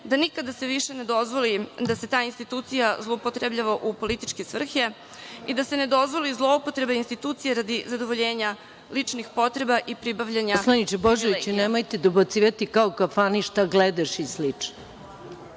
se nikada više ne dozvoli da se ta institucija zloupotrebljava u političke svrhe i da se ne dozvoli zloupotreba institucije radi zadovoljenja ličnih potreba i pribavljanja privilegija. **Maja Gojković** Poslaniče Božoviću, nemojte dobacivati kao u kafani – šta gledaš i slično.